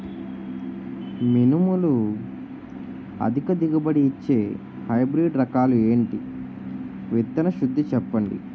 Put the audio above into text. మినుములు అధిక దిగుబడి ఇచ్చే హైబ్రిడ్ రకాలు ఏంటి? విత్తన శుద్ధి చెప్పండి?